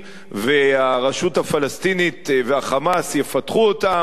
והרשות הפלסטינית וה"חמאס" יפתחו אותם,